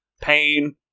pain